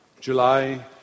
July